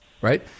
Right